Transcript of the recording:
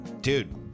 dude